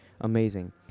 amazing